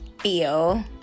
feel